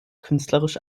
künstlerisch